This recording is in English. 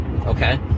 Okay